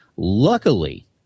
Luckily